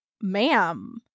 Ma'am